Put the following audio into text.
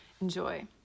enjoy